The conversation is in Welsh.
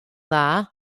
dda